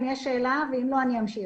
אם יש שאלה, בבקשה, ואם לא, אני אמשיך.